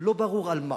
לא ברור על מה,